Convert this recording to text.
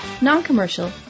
non-commercial